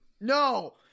No